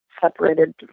separated